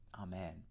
Amen